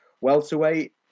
welterweight